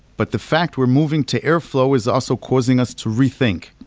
but the fact, we're moving to airflow is also causing us to rethink.